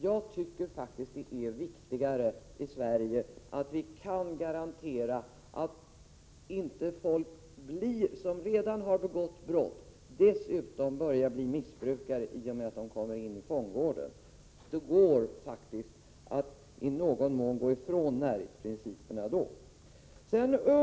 Jag tycker faktiskt att det är viktigare att vi i Sverige kan garantera att de som har begått brott inte dessutom blir missbrukare i och med att de kommer in i fångvården. Det går faktiskt att i någon mån gå ifrån närhetsprinciperna.